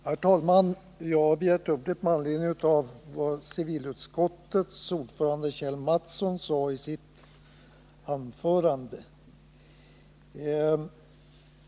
Herr talman! Jag har begärt ordet med anledning av vad civilutskottets ordförande Kjell Mattsson sade i sitt anförande.